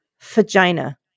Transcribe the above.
vagina